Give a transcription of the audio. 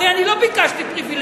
הרי אני לא ביקשתי פריווילגיה,